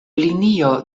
linio